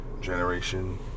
generation